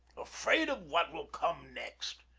afraid of what will come next.